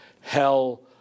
hell